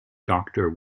doctor